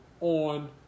on